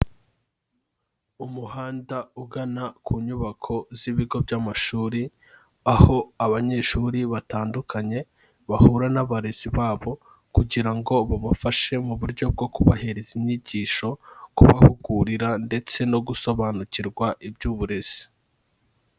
Umuhanda ugana ku nyubako z'ibigo by'amashuri, aho abanyeshuri batandukanye bahura n'abarezi babo kugira ngo babafashe mu buryo bwo kubahereza inyigisho, kubahugurira ndetse no gusobanukirwa iby'uburezi.